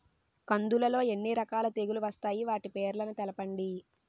కందులు లో ఎన్ని రకాల తెగులు వస్తాయి? వాటి పేర్లను తెలపండి?